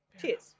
Cheers